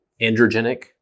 androgenic